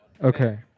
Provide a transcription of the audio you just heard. Okay